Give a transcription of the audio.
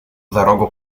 дорогу